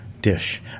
dish